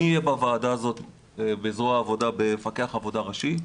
מי יהיה בוועדה הזאת בזרוע העבודה במפקח עבודה ראשי?